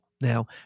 Now